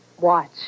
Watch